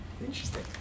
Interesting